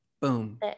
Boom